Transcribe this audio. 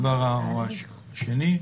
או השני.